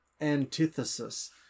antithesis